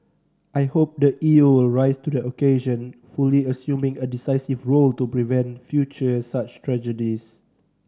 I hope the E U will rise to the occasion fully assuming a decisive role to prevent future such tragedies